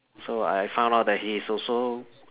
so I found out that he is also